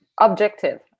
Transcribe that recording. objective